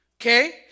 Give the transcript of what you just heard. Okay